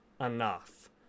enough